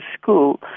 school